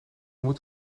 moet